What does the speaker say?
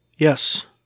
Yes